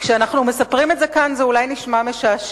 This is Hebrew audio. כשאנחנו מספרים את זה כאן זה אולי נשמע משעשע,